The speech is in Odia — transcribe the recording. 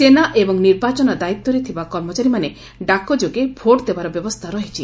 ସେନା ଏବଂ ନିର୍ବାଚନ ଦାୟିତ୍ୱରେ ଥିବା କର୍ମଚାରୀମାନେ ଡାକଯୋଗେ ଭୋଟ୍ଦେବାର ବ୍ୟବସ୍ରା ରହିଛି